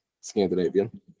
Scandinavian